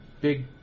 big